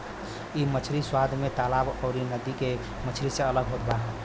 इ मछरी स्वाद में तालाब अउरी नदी के मछरी से अलग होत बा